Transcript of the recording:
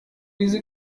diese